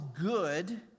good